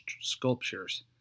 sculptures